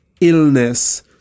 illness